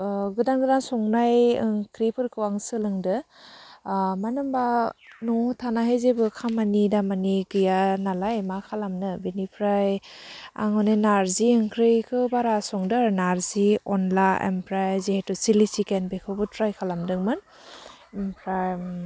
गोदान गोदान संनाय ओंख्रि फोरखो आं सोलोंदो मानो होमबा न'आव थानाहै जेबो खामानि दामानि गैया नालाय मा खालामनो बिनिफ्राय आं हले नारजि ओंख्रिखौ बारा संदों नारजि अनला ओमफ्राय जिहेथु सिलि सिकेन बेखौबो ट्राइ खालामदोंमोन ओमफ्राय